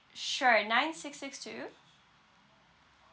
sure nine six six two